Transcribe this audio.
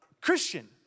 Christian